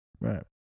Right